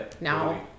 now